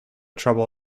trouble